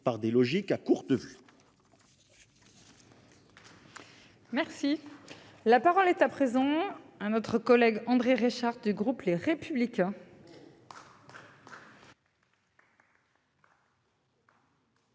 par des logiques à courte vue.